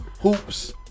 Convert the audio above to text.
Hoops